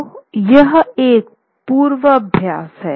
तो यह एक पूर्वाभास है